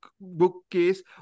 Bookcase